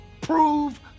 prove